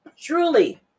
truly